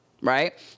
right